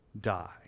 die